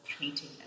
painting